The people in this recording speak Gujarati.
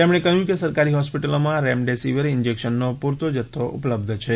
તેમણે કહ્યું કે સરકારી હોસ્પિટલોમાં રેમડેંસિવિર ઇંજેકશનનો પ્રરતો જથ્થો ઉપલબ્ધ છે